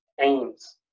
aims